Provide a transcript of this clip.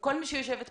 כל מי שיושב פה,